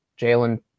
Jalen